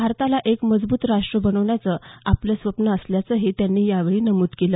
भारताला एक मजब्रत राष्ट बनवण्याचं आपलं स्वप्न असल्याचंही त्यांनी यावेळी नमूद केलं